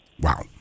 Wow